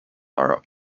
are